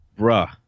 bruh